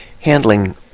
handling